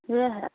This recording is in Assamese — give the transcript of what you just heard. সেয়াহে